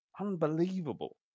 unbelievable